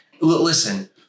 listen